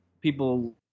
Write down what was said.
people